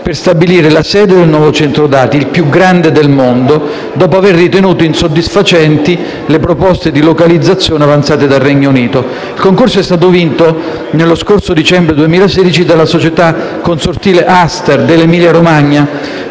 per stabilire la sede del nuovo centro dati, il più grande del mondo, dopo aver ritenuto insoddisfacenti le proposte di localizzazione avanzate dal Regno Unito. Il concorso è stato vinto - nel dicembre 2016 - dalla società consortile ASTER dell'Emilia-Romagna